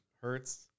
Hertz